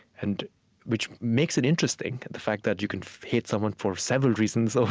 and which makes it interesting, the fact that you could hate someone for several reasons, so